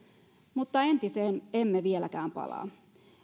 mutta entiseen emme vieläkään palaa